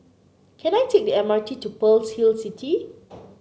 can I take the M R T to Pearl's Hill City